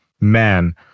Man